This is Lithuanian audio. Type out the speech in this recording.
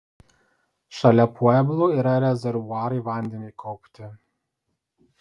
šalia pueblų yra rezervuarai vandeniui kaupti